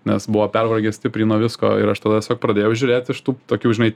nes buvo pervargę stipriai nuo visko ir aš tada tiesiog pradėjau žiūrėt iš tų tokių žinai